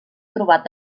trobat